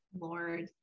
lord